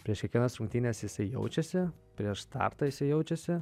prieš kiekvienas rungtynes jisai jaučiasi prieš startą jisai jaučiasi